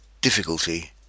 difficulty